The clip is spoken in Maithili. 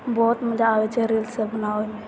बहुत मजा आबै छै रील्ससब बनाबैमे